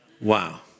Wow